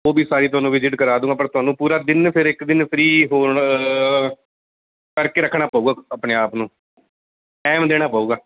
ਉਹ ਵੀ ਸਾਰੀ ਤੁਹਾਨੂੰ ਵਿਜਿਟ ਕਰਾ ਦੂੰਗਾ ਪਰ ਤੁਹਾਨੂੰ ਪੂਰਾ ਦਿਨ ਫਿਰ ਇੱਕ ਦਿਨ ਫਰੀ ਹੋਣ ਕਰਕੇ ਰੱਖਣਾ ਪਊਗਾ ਆਪਣੇ ਆਪ ਨੂੰ ਟਾਈਮ ਦੇਣਾ ਪਊਗਾ